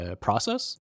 process